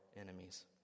enemies